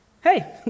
hey